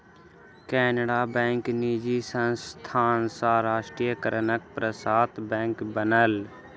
Canara bank निजी संस्थान सॅ राष्ट्रीयकरणक पश्चात बैंक बनल